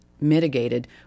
mitigated